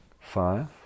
Five